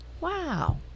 Wow